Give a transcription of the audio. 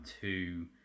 two